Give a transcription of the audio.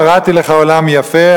בראתי לך עולם יפה,